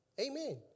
Amen